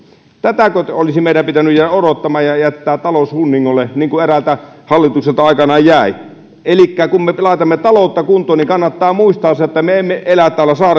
tätäkö olisi meidän pitänyt jäädä odottamaan ja ja jättää talous hunningolle niin kuin eräältä hallitukselta aikanaan jäi elikkä kun me me laitamme taloutta kuntoon niin kannattaa muistaa se että me emme elä täällä